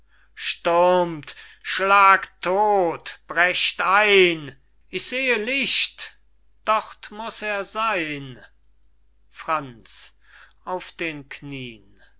stürmt schlagt todt brecht ein ich sehe licht dort muß er seyn franz